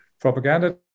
Propaganda